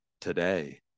today